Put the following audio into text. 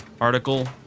article